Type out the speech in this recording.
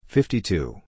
Fifty-two